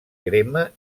crema